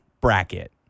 bracket